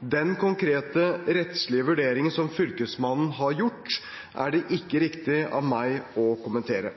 Den konkrete rettslige vurderingen som Fylkesmannen har gjort, er det ikke riktig av meg å kommentere.